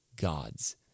God's